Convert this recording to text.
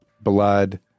blood